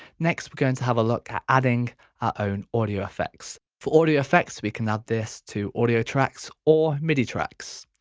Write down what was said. next we're going to have a look at adding our own audio effects. for audio effects we can add this to audio tracks or midi tracks.